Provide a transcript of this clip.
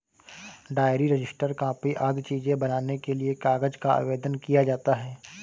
diary, register, copy आदि चीजें बनाने के लिए कागज का आवेदन किया जाता है